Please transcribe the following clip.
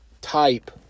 type